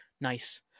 nice